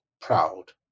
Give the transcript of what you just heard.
proud